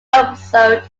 episode